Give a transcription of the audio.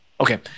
Okay